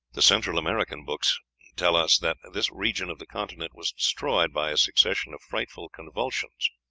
the central american books tell us that this region of the continent was destroyed by a succession of frightful convulsions,